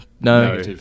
No